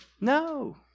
No